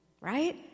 Right